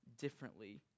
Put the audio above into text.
differently